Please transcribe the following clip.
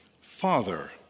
Father